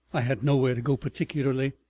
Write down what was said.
i had nowhere to go particularly,